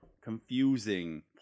confusing